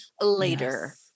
later